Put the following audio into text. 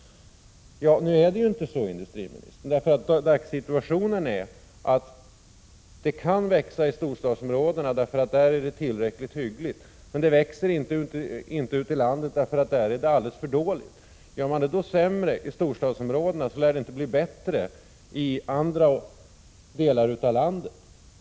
Men så är det inte, industriministern! Dagssituationen är den att det kan bli en tillväxt i storstadsområdena, därför att läget där är tillräckligt hyggligt. Men det sker inte någon tillväxt ute i landet i övrigt, därför att förhållandena där är alldeles för dåliga. Om man åstadkommer en försämring i storstadsområdena, lär det inte bli bättre i andra delar av landet.